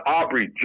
Aubrey